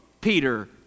Peter